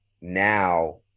now